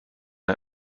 ein